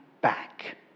back